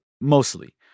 mostly